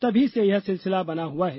तभी से यह सिलसिला बना हुआ है